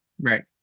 Right